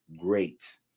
great